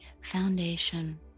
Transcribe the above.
foundation